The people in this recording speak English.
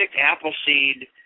Appleseed